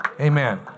Amen